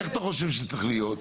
איך אתה חושב שזה צריך להיות?